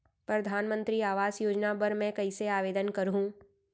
परधानमंतरी आवास योजना बर मैं कइसे आवेदन करहूँ?